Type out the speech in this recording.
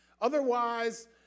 Otherwise